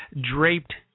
draped